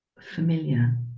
familiar